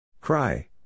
Cry